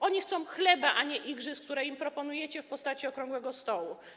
Oni chcą chleba, a nie igrzysk, które im proponujecie w postaci okrągłego stołu.